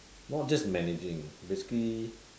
not just managing basically